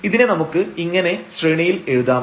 ഇതിനെ നമുക്ക് ഇങ്ങനെ ശ്രേണിയിൽ എഴുതാം